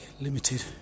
limited